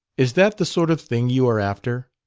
is that the sort of thing you are after?